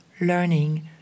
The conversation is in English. learning